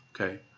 okay